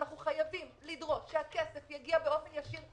אנחנו חייבים לדרוש שהכסף יגיע באופן ישיר.